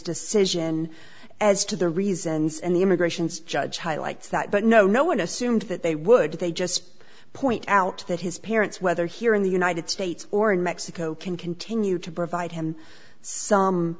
decision as to the reasons and the immigrations judge highlights that but no no one assumed that they would they just point out that his parents whether here in the united states or in mexico can continue to provide him some